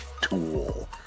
tool